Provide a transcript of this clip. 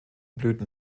blüten